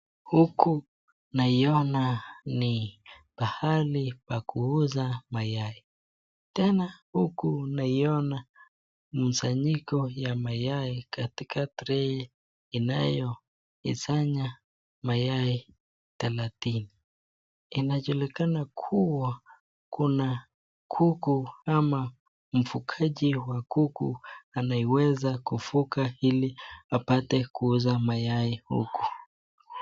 Huku naiona ni pahali pa kuuza mayai tena huku naiona mkusanyiko wa mayai katika trei inayosanya mayai thelathini. Inajulikana kuwa kuna kuku ama mfugaji wa kuku anaweza kufuga ili aweze kupata kuuza mayai huku.